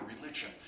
religion